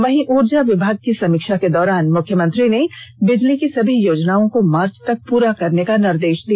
वहीं ऊर्जा विभाग की समीक्षा के दौरान मुख्यमंत्री ने बिजली की सभी योजनाओं को मार्च तक प्ररा करने का निर्देष दिया